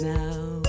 now